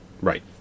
Right